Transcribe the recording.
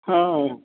ہاں